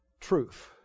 truth